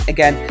Again